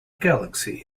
galaxy